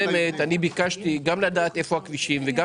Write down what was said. אני ביקשתי גם לדעת איפה הכבישים וגם